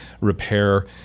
repair